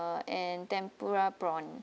and tempura prawn